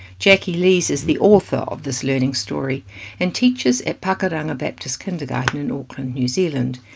jacqui lees is the author of this learning story and teaches at pakuranga baptist kindergarten in auckland, new zealand.